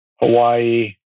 Hawaii